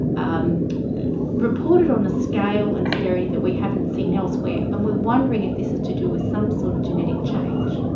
um reported on a scale and severity that we haven't seen elsewhere, and we are wondering if this is to do with some sort of genetic change.